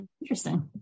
Interesting